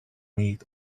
meet